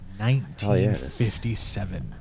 1957